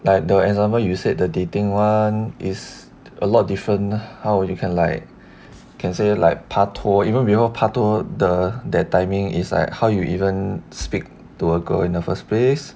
like the example you said the dating [one] is a lot different how would you can like can say like pak tor like even before pak tor the that timing is like how you even speak to a girl in the first place